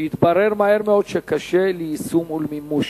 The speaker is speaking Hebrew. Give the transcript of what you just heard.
והתברר מהר מאוד שהיא קשה ליישום ולמימוש.